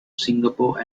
singapore